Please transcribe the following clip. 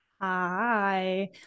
Hi